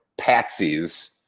patsies